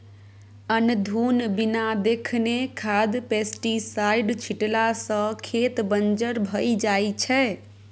अनधुन बिना देखने खाद पेस्टीसाइड छीटला सँ खेत बंजर भए जाइ छै